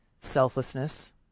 selflessness